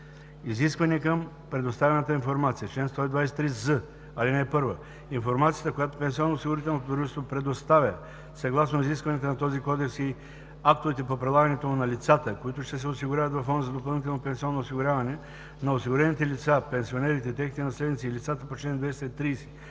„Изисквания към предоставяната информация Чл. 123з. (1) Информацията, която пенсионноосигурителното дружество предоставя съгласно изискванията на този кодекс и актовете по прилагането му на лицата, които ще се осигуряват във фонд за допълнително пенсионно осигуряване, на осигурените лица, пенсионерите, техните наследници и лицата по чл. 230,